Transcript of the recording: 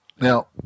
Now